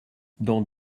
dans